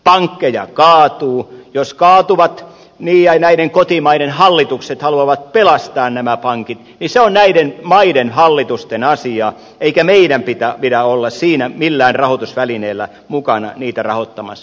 pankkeja kaatuu ja jos kaatuvat ja näiden kotimaiden hallitukset haluavat pelastaa nämä pankit niin se on näiden maiden hallitusten asia eikä meidän pidä olla siinä millään rahoitusvälineellä mukana niitä rahoittamassa